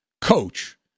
coach